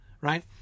Right